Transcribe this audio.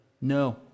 no